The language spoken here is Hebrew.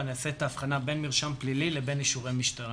ואני אעשה את ההבחנה בין מרשם פלילי לבין אישורי משטרה.